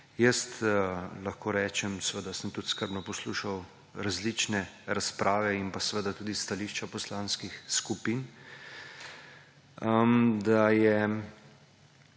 10. Lahko rečem, seveda sem tudi skrbno poslušal različne razprave in tudi stališča poslanskih skupin, da je